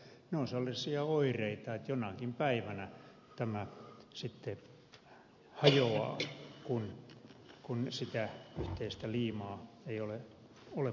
ne ovat sellaisia oireita että jonakin päivänä tämä sitten hajoaa kun sitä yhteistä liimaa ei ole olemassa